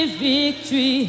victory